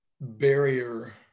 barrier